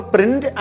Print